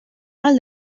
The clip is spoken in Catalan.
mal